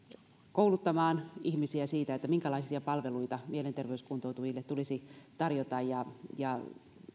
kouluttamaan ihmisiä siitä minkälaisia palveluita mielenterveyskuntoutujille tulisi tarjota ja ja